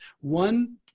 one